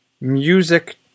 music